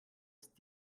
ist